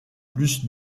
plus